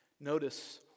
notice